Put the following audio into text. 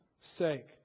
sake